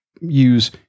use